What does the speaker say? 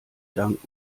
dank